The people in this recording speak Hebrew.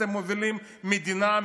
אתם מובילים את המדינה,